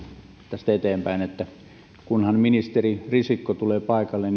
tästä eteenpäin kunhan ministeri risikko tulee paikalle